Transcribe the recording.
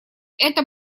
это